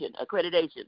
Accreditation